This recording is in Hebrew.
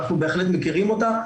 אנחנו בהחלט מכירים אותה,